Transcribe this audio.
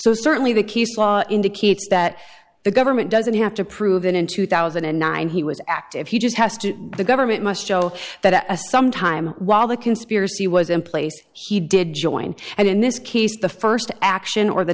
so certainly the case law indicates that the government doesn't have to prove that in two thousand and nine he was active he just has to the government must show that at some time while the conspiracy was in place he did join and in this case the st action or the